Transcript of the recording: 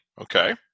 Okay